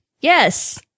Yes